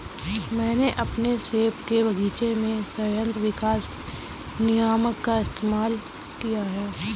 मैंने अपने सेब के बगीचे में संयंत्र विकास नियामक का इस्तेमाल किया है